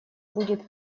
будет